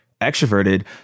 extroverted